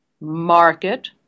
market